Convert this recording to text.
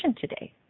today